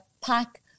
pack